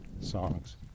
songs